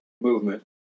movement